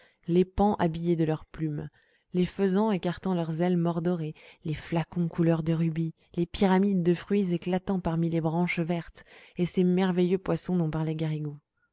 les paons habillés de leurs plumes les faisans écartant leurs ailes mordorées les flacons couleur de rubis les pyramides de fruits éclatants parmi les branches vertes et ces merveilleux poissons dont parlait garrigou